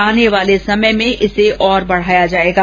आने वाले समय में इसे और बढाया जायेगा